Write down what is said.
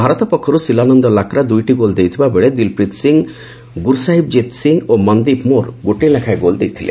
ଭାରତ ପକ୍ଷରୁ ଶିଳାନନ୍ଦ ଲାକ୍ରା ଦୁଇଟି ଗୋଲ୍ ଦେଇଥିବା ବେଳେ ଦିଲପ୍ରୀତ ସିଂହ ଗୁରସାହିବ୍ଜିତ ସିଂହ ଏବଂ ମନ୍ଦିପ ମୋର୍ ଗୋଟିଏ ଲେଖାଏଁ ଗୋଲ୍ ଦେଇଥିଲେ